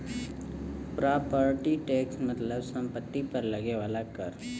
property tax मतलब सम्पति पर लगे वाला कर